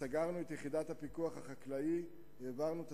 סגרנו את יחידת הפיקוח החקלאי והעברנו את